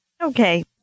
Okay